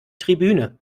tribüne